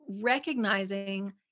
recognizing